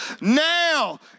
now